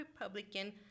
Republican